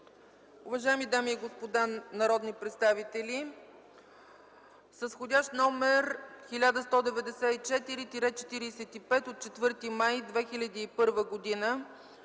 Уважаеми дами и господа народни представители, с вх. № 1194-45 от 4 май 2011 г.